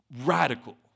radical